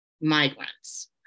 migrants